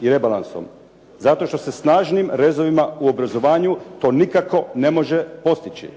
i rebalansom, zato što se snažnim rezovima u obrazovanju to nikako ne može postići.